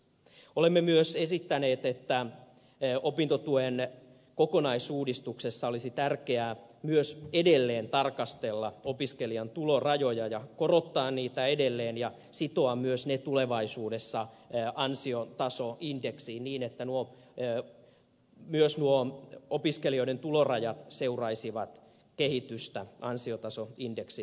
olemme myös esittäneet että opintotuen kokonaisuudistuksessa olisi tärkeää myös edelleen tarkastella opiskelijan tulorajoja ja korottaa niitä edelleen ja sitoa myös ne tulevaisuudessa ansiotasoindeksiin niin että myös nuo opiskelijoiden tulorajat seuraisivat kehitystä ansiotasoindeksin mukaisesti